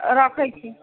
रखै छी